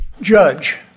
Judge